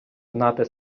знати